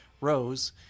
Rose